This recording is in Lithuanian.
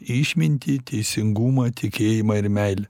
išmintį teisingumą tikėjimą ir meilę